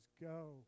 Go